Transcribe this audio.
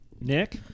Nick